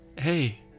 Hey